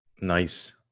Nice